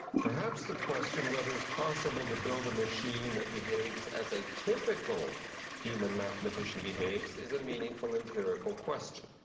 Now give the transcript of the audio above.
perhaps, the question whether it's possible to build a machine that behaves as a typical human mathematician behaves is a meaningful empirical question.